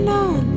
on